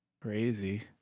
crazy